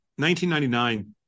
1999